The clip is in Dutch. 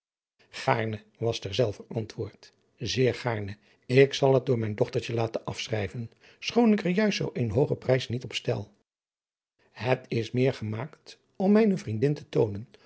gaarne was derzelver antwoord zeer gaarne ik zal het door mijn dochtertje laten afschrijven schoon ik er juist zoo een hoogen prijs niet op stel het is meer gemaakt om mijne vriendin te toonen